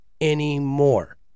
anymore